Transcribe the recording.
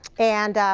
and